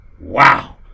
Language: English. Wow